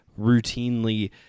routinely